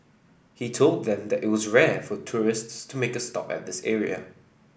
he told them that it was rare for tourists to make a stop at this area